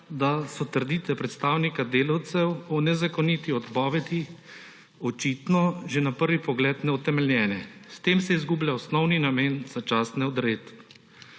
da so trditve predstavnika delavcev o nezakoniti odpovedi očitno že na prvi pogled neutemeljene. S tem se izgublja osnovni namen začasne odredbe.